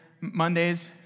Mondays